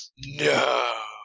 No